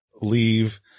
leave